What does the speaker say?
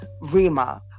Rima